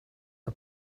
are